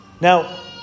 Now